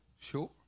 sure